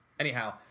Anyhow